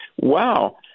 Wow